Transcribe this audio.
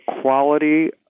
quality